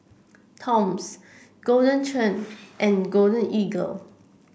Toms Golden Churn and Golden Eagle